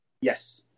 Yes